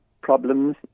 problems